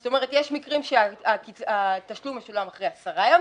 זאת אומרת, יש מקרים שהתשלום משולם אחרי 10 ימים,